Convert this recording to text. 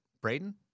Braden